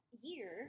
year